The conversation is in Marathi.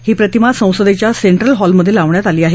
ही प्रतिमा संसदेच्या सेंट्रल हॉलमध्ये लावण्यात आली आहे